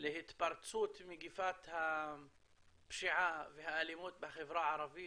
להתפרצות מקיפת הפשיעה והאלימות בחברה הערבית